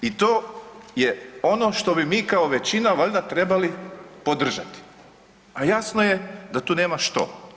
I to je ono što bi mi kao većina valjda trebali podržati, a jasno je da tu nema što.